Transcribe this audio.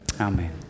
Amen